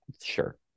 sure